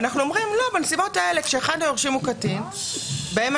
אנחנו אומרים: כשאחד היורשים הוא קטין שיש לו הורה